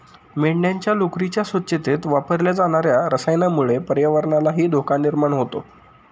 मेंढ्यांच्या लोकरीच्या स्वच्छतेत वापरल्या जाणार्या रसायनामुळे पर्यावरणालाही धोका निर्माण होतो